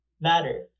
Matter